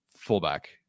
fullback